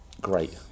great